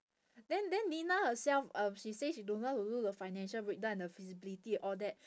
then then nina herself um she say she don't know how to do the financial breakdown and the feasibility all that